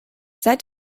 seit